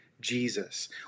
Jesus